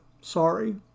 Sorry